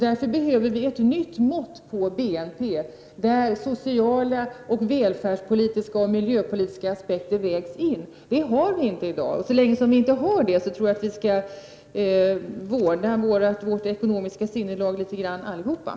Därför behöver vi ett nytt mått på BNP där sociala, välfärdspolitiska och miljöpolitiska aspekter vägs in. Det har vi inte i dag. Så länge vi inte har det tror jag att vi allihop bör vårda vårt ekonomiska sinnelag litet.